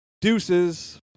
deuces